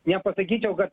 nepasakyčiau kad